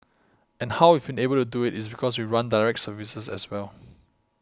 and how we've been able to do it is because we run direct services as well